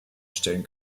stellen